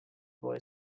boy